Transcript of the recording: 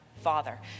father